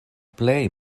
plej